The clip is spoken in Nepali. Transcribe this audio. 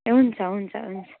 ए हुन्छ हुन्छ हुन्छ